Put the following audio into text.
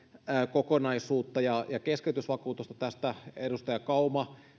kokonaisuutta ja keskeytysvakuutusta ja tästä edustaja kauma